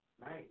Right